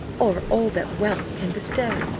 or all that wealth can bestow?